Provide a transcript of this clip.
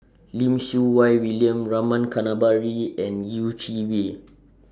Lim Siew Wai William Rama Kannabiran and Yeh Chi Wei